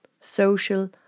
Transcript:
social